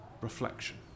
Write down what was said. reflection